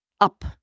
up